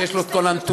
שיש לו את כל הנתונים.